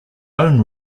own